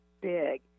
big